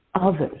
others